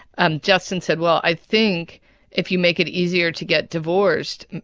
um justin said, well, i think if you make it easier to get divorced,